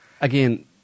again